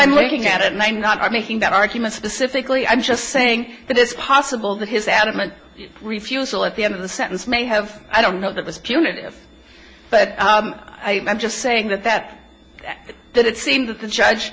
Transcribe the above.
i'm looking at it my not making that argument specifically i'm just saying that it's possible that his adamant refusal at the end of the sentence may have i don't know if it was punitive but i'm just saying that that that it seemed that the judge